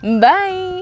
Bye